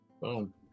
boom